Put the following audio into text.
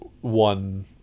one